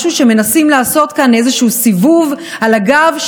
משהו שמנסים לעשות כאן איזשהו סיבוב על הגב,